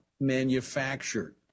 manufactured